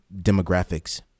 demographics